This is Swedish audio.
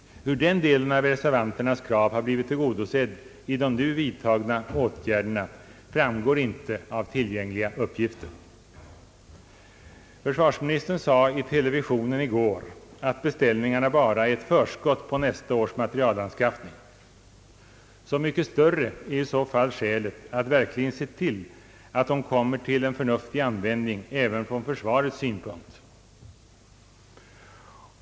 Hur den delen av reservanternas krav har blivit tillgodosedd i de nu vidtagna åtgärderna framgår inte av tillgängliga uppgifter. Försvarsministern sade i televisionen i går att beställningarna bara är ett förskott på nästa års materielanskaffning. Så mycket större är skälen i så fall att verkligen se till att de kommer till en förnuftig användning även ur försvarets synvinkel.